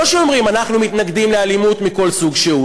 לא שאומרים: אנחנו מתנגדים לאלימות מכל סוג שהוא.